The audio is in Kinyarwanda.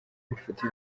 amafoto